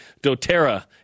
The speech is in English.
doTERRA